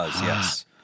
yes